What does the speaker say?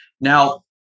Now